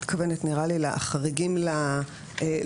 נראה לי שאת מתכוונת לחריגים ללולים